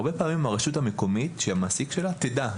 הרבה פעמים הרשות המקומית, שהיא המעסיק שלה, תדע.